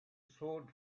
sword